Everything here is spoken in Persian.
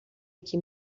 یکی